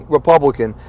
Republican